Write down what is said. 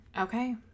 okay